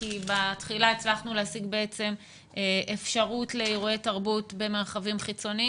כי בתחילה הצלחנו להשיג בעצם אפשרות לאירועי תרבות במרחבים חיצוניים